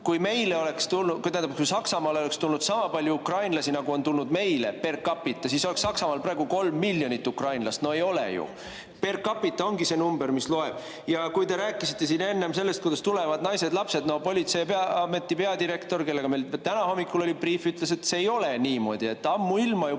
number, mis loeb. Kui Saksamaale oleks tulnud sama palju ukrainlasi, nagu on tulnud meileper capita, siis oleks Saksamaal praegu 3 miljonit ukrainlast. No ei ole ju! Per capitaongi see number, mis loeb. Ja te rääkisite siin enne sellest, kuidas tulevad naised-lapsed. No politseiameti peadirektor, kellega meil täna hommikul oli briif, ütles, et see ei ole niimoodi, et ammuilma juba